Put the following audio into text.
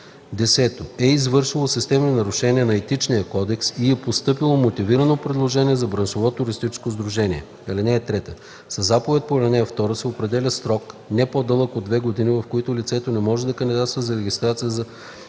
10. е извършило системни нарушения на етичния кодекс и е постъпило мотивирано предложение на браншово туристическо сдружение. (3) Със заповедта по ал. 2 се определя срок, не по-дълъг от две години, в който лицето не може да кандидатства за регистрация за същата